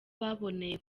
baboneye